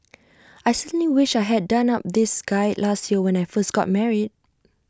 I certainly wish I had done up this guide last year when I first got married